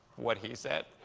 what he said.